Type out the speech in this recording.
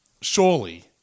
Surely